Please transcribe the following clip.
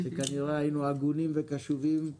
שכנאה היינו הגונים וקשובים,